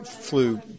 flu